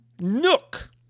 Nook